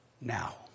now